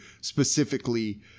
specifically